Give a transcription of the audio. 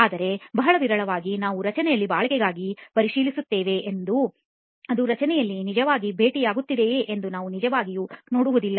ಆದರೆ ಬಹಳ ವಿರಳವಾಗಿ ನಾವು ರಚನೆಯಲ್ಲಿ ಬಾಳಿಕೆಗಾಗಿ ಪರಿಶೀಲಿಸುತ್ತೇವೆ ಅದು ರಚನೆಯಲ್ಲಿ ನಿಜವಾಗಿ ಭೇಟಿಯಾಗುತ್ತಿದೆಯೇ ಎಂದು ನಾವು ನಿಜವಾಗಿಯೂ ನೋಡುವುದಿಲ್ಲ